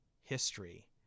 history